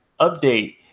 update